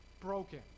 broken